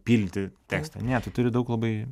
pilti tekstą ne tu turi daug labai